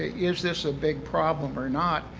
is this a big problem or not,